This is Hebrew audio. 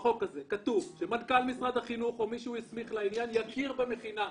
בחוק הזה כתוב שמנכ"ל משרד החינוך או מי שהוא הסמיך לעניין יכיר במכינה.